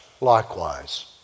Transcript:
likewise